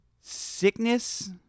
sickness